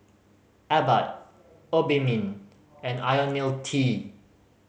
Abbott Obimin and Ionil T